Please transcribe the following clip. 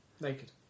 naked